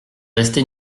resté